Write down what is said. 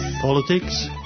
politics